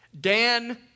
Dan